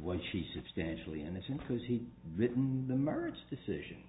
what she substantially innocent because he didn't the merge decision